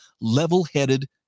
level-headed